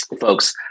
Folks